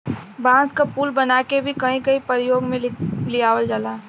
बांस क पुल बनाके भी कहीं कहीं परयोग में लियावल जाला